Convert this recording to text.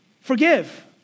Forgive